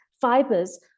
fibers